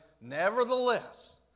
Nevertheless